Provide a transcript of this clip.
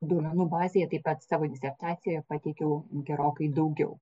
duomenų bazėje taip pat savo disertacijoje pateikiau gerokai daugiau